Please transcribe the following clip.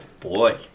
boy